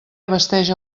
abasteix